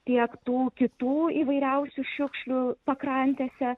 tiek tų kitų įvairiausių šiukšlių pakrantėse